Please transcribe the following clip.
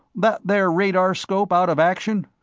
that there radarscope out of action?